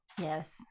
Yes